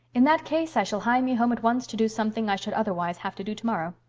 in that case i shall hie me home at once to do something i should otherwise have to do tomorrow.